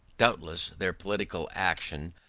doubtless their political action,